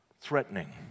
threatening